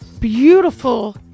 beautiful